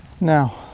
Now